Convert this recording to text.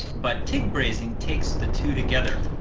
but tig brazing takes the two together.